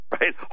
Right